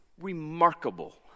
remarkable